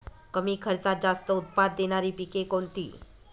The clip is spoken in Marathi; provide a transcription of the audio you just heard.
कमी खर्चात जास्त उत्पाद देणारी पिके कोणती?